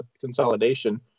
consolidation